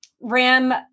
Ram